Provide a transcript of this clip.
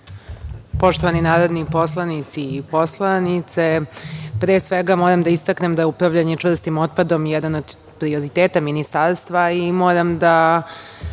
Poštovani narodni poslanici i poslanice, pre svega, moram da istaknem da je upravljanje čvrstim otpadom jedan od prioriteta ministarstva i moram da